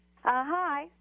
Hi